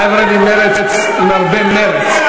החבר'ה ממרצ עם הרבה מרץ.